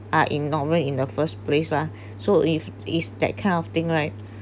are ignorant in the first place lah so if it's that kind of thing right